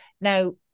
Now